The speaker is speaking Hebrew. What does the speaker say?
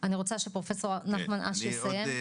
שפרופ' נחמן אש יסיים.